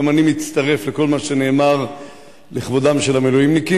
גם אני מצטרף לכל מה שנאמר לכבודם של המילואימניקים.